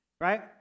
right